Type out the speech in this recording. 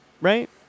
right